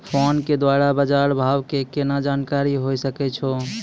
Phone के द्वारा बाज़ार भाव के केना जानकारी होय सकै छौ?